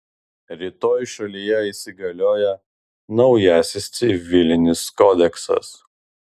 rytoj šalyje įsigalioja naujasis civilinis kodeksas